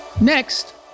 Next